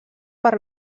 per